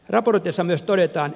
raportissa myös todetaan